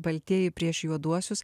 baltieji prieš juoduosius